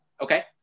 Okay